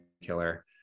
killer